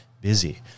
busy